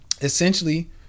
essentially